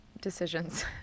decisions